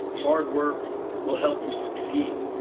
hard work will help you succeed.